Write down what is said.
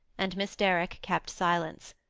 and miss derrick kept silence.